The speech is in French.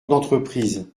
d’entreprises